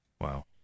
wow